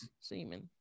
semen